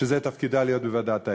שזה תפקידה, להיות בוועדת האתיקה,